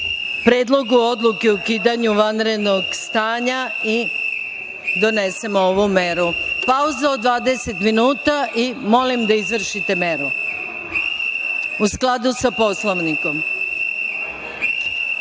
Predlogu odluke o ukidanju vanrednog stanja i donesemo ovu meru. Pauza od 20 minuta i molim da izvršite meru, u skladu sa Poslovnikom.(Posle